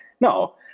No